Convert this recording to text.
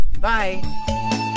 bye